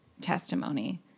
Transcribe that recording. testimony